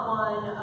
one